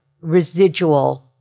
residual